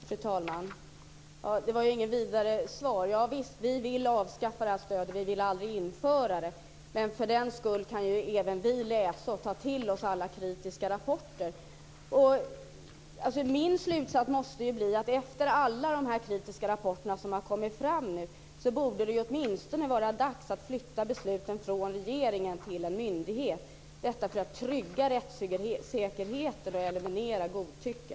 Fru talman! Det var inget vidare svar. Javisst, vi vill avskaffa stödet. Vi ville aldrig införa det. Men för den skull kan ju även vi läsa och ta till oss alla kritiska rapporter. Min slutsats måste bli att efter alla de här kritiska rapporterna som har kommit fram borde det åtminstone vara dags att flytta besluten från regeringen till en myndighet, detta för att trygga rättssäkerheten och eliminera godtycke.